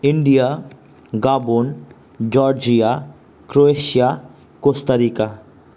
India Gabon Georgia Croatia Costa Rica